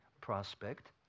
prospect